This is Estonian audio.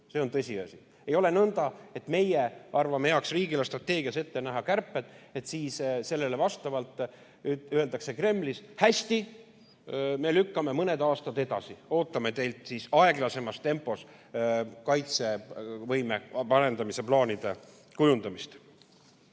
See on tõsiasi. Ei ole nõnda, et meie arvame heaks riigi eelarvestrateegias ette näha kärped ja siis öeldakse Kremlis, et hästi, me lükkame mõned aastad edasi, ootame teilt siis aeglasemas tempos kaitsevõime arendamise plaanide kujundamist.